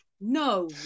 no